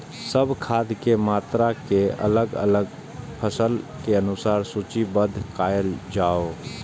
सब खाद के मात्रा के अलग अलग फसल के अनुसार सूचीबद्ध कायल जाओ?